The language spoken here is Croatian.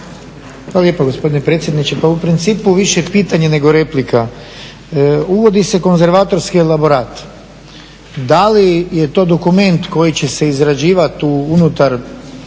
Hvala lijepo gospodine predsjedniče. Pa u principu više pitanje nego replika. Uvodi se konzervatorski elaborat, da li je to dokument koji će se izrađivati unutar